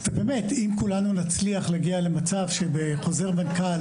ובאמת אם כולנו נצליח להגיע למצב שבחוזר מנכ"ל